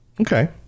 Okay